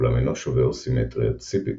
אולם אינו שובר סימטריית CPT.